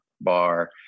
bar